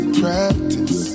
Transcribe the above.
practice